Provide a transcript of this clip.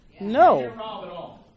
No